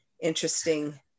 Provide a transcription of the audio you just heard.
interesting